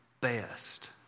best